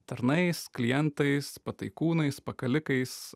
tarnais klientais pataikūnais pakalikais